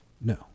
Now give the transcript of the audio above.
No